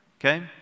okay